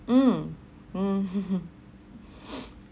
mm mm